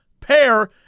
pair